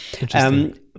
Interesting